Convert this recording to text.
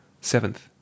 Seventh